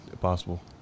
possible